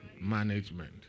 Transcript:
management